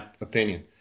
opinion